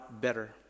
better